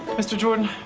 mr. jordan,